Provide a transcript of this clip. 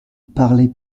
parlez